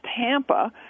Tampa